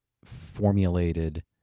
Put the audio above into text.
Formulated